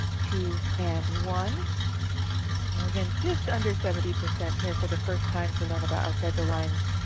two, and one. and so again, just under seventy percent here for the first time to learn about outside the lines,